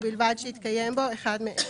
ובלבד שהתקיים בו אחד מאלה: